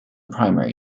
primary